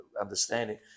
understanding